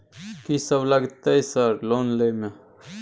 कि सब लगतै सर लोन लय में?